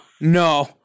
No